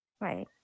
Right